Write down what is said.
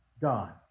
God